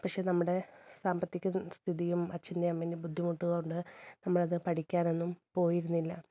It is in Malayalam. പക്ഷേ നമ്മുടെ സാമ്പത്തിക സ്ഥിതിയും അച്ഛൻ്റെ അമ്മേൻ്റെ ബുദ്ധിമുട്ടും കൊണ്ട് നമ്മളതു പഠിക്കാനൊന്നും പോയിരുന്നില്ല